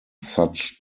such